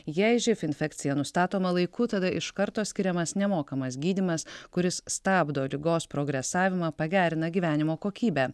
jei živ infekcija nustatoma laiku tada iš karto skiriamas nemokamas gydymas kuris stabdo ligos progresavimą pagerina gyvenimo kokybę